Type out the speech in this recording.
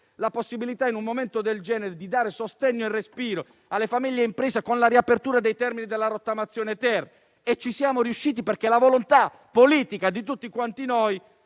la possibilità in un momento del genere di dare sostegno e respiro alle famiglie e alle imprese con la riapertura dei termini della rottamazione-*ter* e ci siamo riusciti, perché la volontà politica di tutti noi